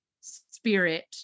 spirit